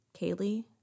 Kaylee